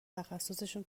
تخصصشون